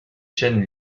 chênes